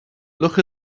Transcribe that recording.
look